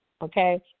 Okay